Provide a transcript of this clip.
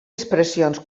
expressions